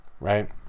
right